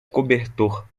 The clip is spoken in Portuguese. cobertor